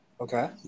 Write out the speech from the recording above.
Okay